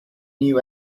new